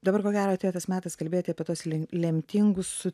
dabar ko gero atėjo tas metas kalbėti apie tuos lem lemtingus su